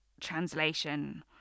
translation